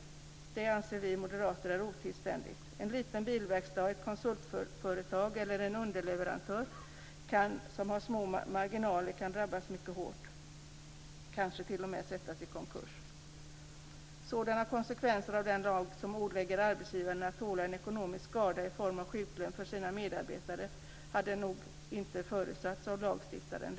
Detta anser vi moderater är otillständigt. En liten bilverkstad, ett konsultföretag eller en underleverantör som har små marginaler kan drabbas mycket hårt, kanske t.o.m. försättas i konkurs. Sådana konsekvenser av den lag som ålägger arbetsgivaren att tåla en ekonomisk skada i form av sjuklön för sina medarbetare hade nog inte förutsatts av lagstiftaren.